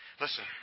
Listen